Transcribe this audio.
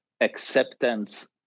acceptance